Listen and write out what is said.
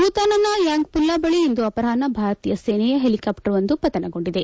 ಭೂತಾನ್ನ ಯಾಂಗ್ಪುಲ್ಲಾ ಬಳಿ ಇಂದು ಅಪರಾಷ್ನ ಭಾರತೀಯ ಸೇನೆಯ ಹೆಲಿಕಾಪ್ಸರ್ವೊಂದು ಪತನಗೊಂಡಿದೆ